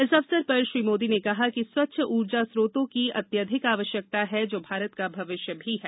इस अवसर पर श्री मोदी ने कहा कि स्वच्छ ऊर्जा स्रोतों की अत्यधिक आवश्यकता है जो भारत का भविष्य भी है